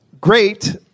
great